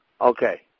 okay